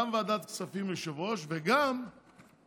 גם יושב-ראש ועדת